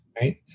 right